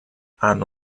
hanno